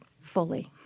fully